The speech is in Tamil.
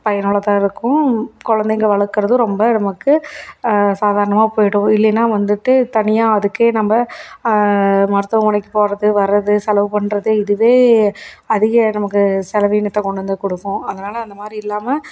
பயனுள்ளதாக இருக்கும் குழந்தைங்க வளர்க்கறதும் ரொம்ப நமக்கு சாதாரணமாக போய்டும் இல்லைன்னா வந்துட்டு தனியாக அதுக்கே நம்ம மருத்துவமனைக்கு போகிறது வர்றது செலவு பண்றது இதுவே அதிகம் நமக்கு செலவீனத்தை கொண்டுவந்து கொடுக்கும் அதனால் அந்தமாதிரி இல்லாமல்